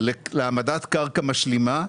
להעמדת קרקע משלימה.